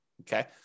okay